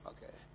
Okay